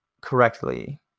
correctly